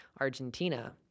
Argentina